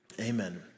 Amen